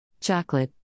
Chocolate